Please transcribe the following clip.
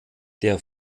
der